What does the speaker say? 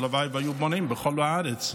והלוואי שהיו בונים בכל הארץ.